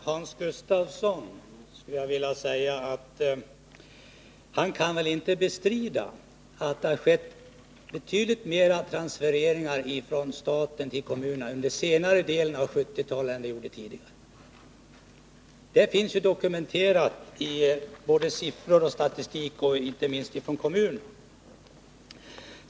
Herr talman! Hans Gustafsson kan väl inte bestrida att det har skett betydligt större transfereringar från staten till kommunerna under senare delen av 1970-talet än tidigare. Det finns ju dokumenterat i både siffror och statistik, inte minst från kommunerna.